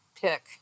pick